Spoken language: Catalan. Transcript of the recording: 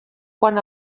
quan